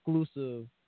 exclusive